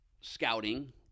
scouting